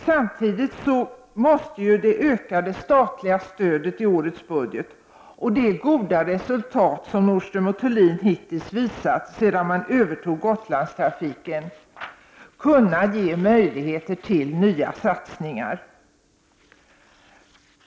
Samtidigt måste det ökade statliga stödet i årets budget och det goda resultat som Nordström & Thulin hittills har visat sedan man övertog Gotlandstrafiken ge möjligheter till nya satsningar.